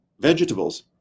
vegetables